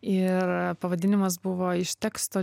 ir pavadinimas buvo iš teksto